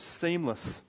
seamless